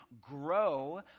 grow